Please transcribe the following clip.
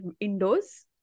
indoors